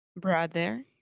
Brother